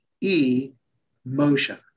E-motion